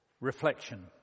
reflection